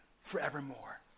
forevermore